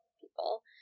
people